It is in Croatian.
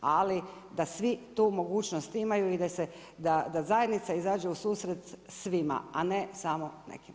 Ali da svi tu mogućnost imaju i da zajednica izađe u susret svima a ne samo nekima.